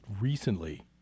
recently